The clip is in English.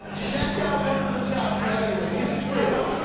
check out one of the tabs he had open, this is real.